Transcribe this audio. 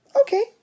Okay